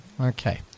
Okay